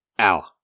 ow